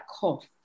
cough